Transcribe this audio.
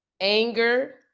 anger